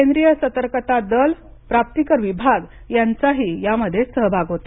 केंद्रीय सतर्कता दल प्राप्तीकर विभाग यांचाही यामध्ये सहभाग होता